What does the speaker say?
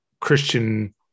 Christian